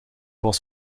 was